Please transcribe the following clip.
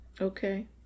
Okay